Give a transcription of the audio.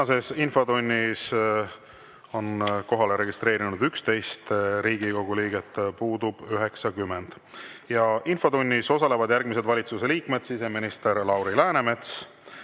Tänases infotunnis on kohalolijaks registreerunud 11 Riigikogu liiget, puudub 90.Infotunnis osalevad järgmised valitsuse liikmed: siseminister härra Lauri Läänemets,